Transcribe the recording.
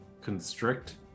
constrict